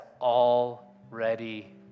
already